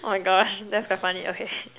oh my gosh that's quite funny okay